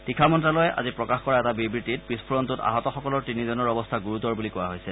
তীখা মন্ত্যালয়ে আজি প্ৰকাশ কৰা এটা বিবৃতিত বিস্ফোৰণত আহতসকলৰ তিনিজনৰ অৱস্থা গুৰুতৰ বুলি কোৱা হৈছে